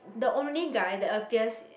the only guy that appears